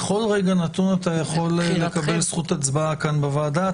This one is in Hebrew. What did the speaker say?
בכל רגע נתון אתה יכול לקבל זכות הצבעה כאן בוועדה.